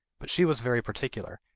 but she was very particular,